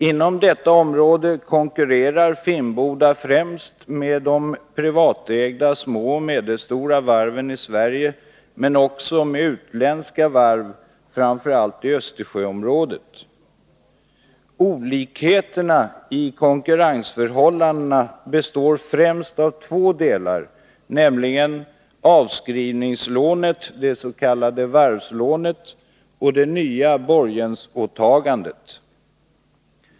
På detta område konkurrerar Finnboda främst med de privatägda små och medelstora varven i Sverige men också med utländska varv, framför allt i Östersjöområdet. Olikheterna i konkurrensförhållandena består främst av två delar, nämligen avskrivningslånet, det s.k. varvslånet, och det nya borgensåtagandet.